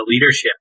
leadership